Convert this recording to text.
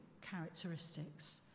characteristics